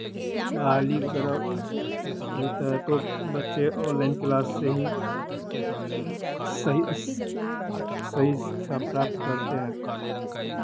बहाली वगैरह होता है तो बच्चे ऑनलाइन क्लास से ही सही अस सही शिक्षा प्राप्त करते हैं